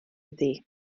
iddi